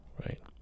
right